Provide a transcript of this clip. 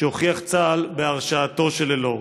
שהוכיח צה"ל בהרשעתו של אלאור.